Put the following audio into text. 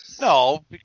No